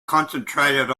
concentrated